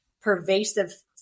pervasive